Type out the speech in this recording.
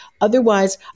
Otherwise